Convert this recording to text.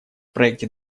проекте